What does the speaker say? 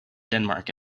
denmark